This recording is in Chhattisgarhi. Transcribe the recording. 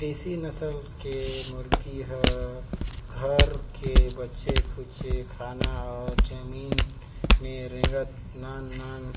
देसी नसल के मुरगी ह घर के बाचे खुचे खाना अउ जमीन में रेंगत नान नान